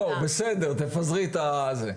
לא, בסדר, תפזרי את ה-.